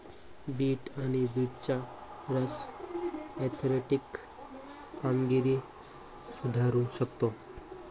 bit आणि बीटचा रस ऍथलेटिक कामगिरी सुधारू शकतो